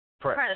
press